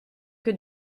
que